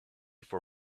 for